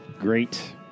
great